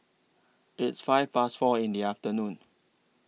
its five Past four in The afternoon